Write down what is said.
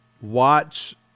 watch